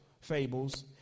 fables